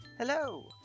Hello